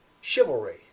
chivalry